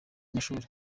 amashuri